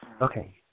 Okay